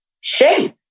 shape